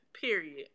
Period